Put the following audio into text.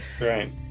right